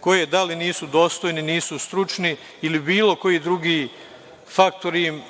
koji da li nisu dostojni, da li nisu stručni, ili bilo koji drugi faktor koji